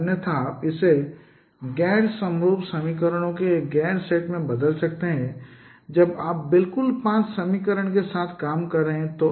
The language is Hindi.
अन्यथा आप इसे गैर समरूप समीकरणों के एक गैर सेट में बदल सकते हैं जब आप बिल्कुल पांच समीकरणों के साथ काम कर रहे हों